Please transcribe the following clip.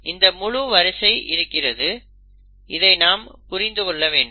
இதன் முழு வரிசை இருக்கிறது இதை நாம் புரிந்து கொள்ள வேண்டும்